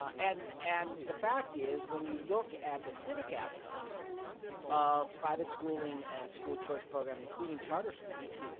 um and and the fact is when you look at the civic outcomes of private schooling and school choice program, including charter schooling,